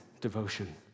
devotion